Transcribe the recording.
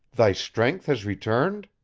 thy strength has returned?